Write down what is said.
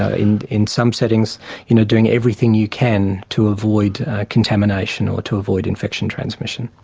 ah in in some settings you know doing everything you can to avoid contamination or to avoid infection transmission.